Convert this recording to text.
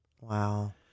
Wow